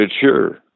Sure